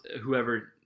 Whoever